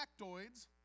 factoids